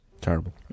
terrible